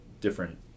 different